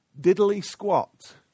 diddly-squat